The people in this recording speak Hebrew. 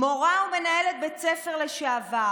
מורה ומנהלת בית ספר לשעבר,